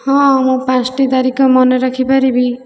ହଁ ମୁଁ ପାଞ୍ଚଟି ତାରିଖ ମନେ ରଖିପାରିବି